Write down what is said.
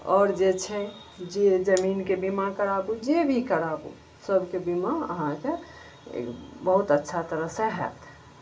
आओर जे छै जे जमीनके बीमा कराबू जे भी कराबू सबके बीमा अहाँकए बहुत अच्छा तरह सए हएत